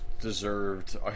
deserved